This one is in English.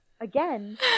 Again